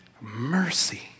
mercy